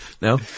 No